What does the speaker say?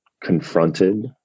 confronted